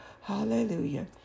hallelujah